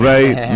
Right